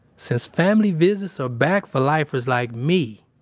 since family visits are back for lifers like me,